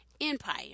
Empire